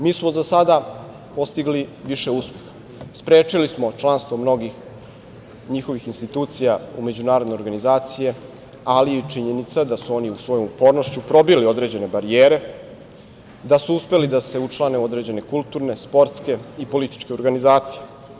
Mi smo za sada postigli više uspeha, sprečili smo članstvo mnogih njihovih institucija u međunarodne organizacije, ali i činjenica da su oni svojom upornošću probili određene barijere, da su uspeli da se učlane u određene kulturne, sportske i političke organizacije.